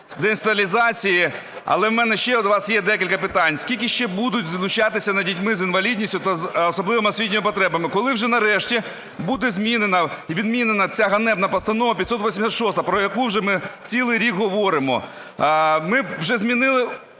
деінституалізації. Але у мене ще до вас є декілька питань. Скільки ще будуть знущатися над дітьми з інвалідністю та з особливими освітніми потребами? Коли вже нарешті буде змінена, відмінена ця ганебна Постанова 586, про яку вже ми цілий рік говоримо? Ми вже змінили…